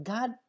God